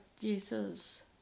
Jesus